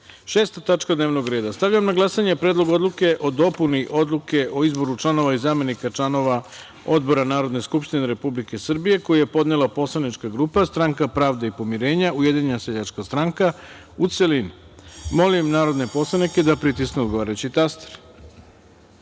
tačka dnevnog reda. Stavljam na glasanje Predlog odluke o dopuni Odluke o izboru članova i zamenika članova odbora Narodne skupštine Republike Srbije, koju je podnela Poslanička grupa „Stranka pravde i poverenja – Ujedinjena seljačka stranka“, u celini. Molim narodne poslanike da pritisnu odgovarajući